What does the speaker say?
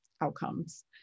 outcomes